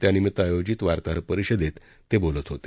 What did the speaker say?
त्यानिमित आयोजित वार्ताहर परिषदेत बोलत होते